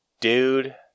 dude